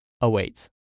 awaits